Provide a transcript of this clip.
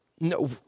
No